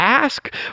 ask